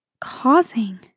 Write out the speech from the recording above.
causing